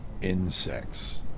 insects